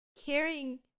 Caring